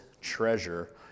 treasure